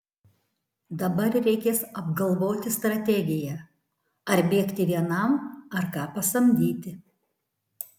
dabar reikės apgalvoti strategiją ar bėgti vienam ar ką pasamdyti